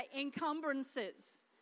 encumbrances